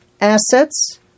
assets